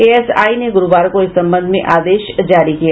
ASI ने गुरुवार को इस संबंध में आदेश जारी किये